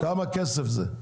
כמה כסף זה?